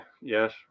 Yes